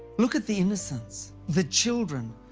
look at the innocents, the children,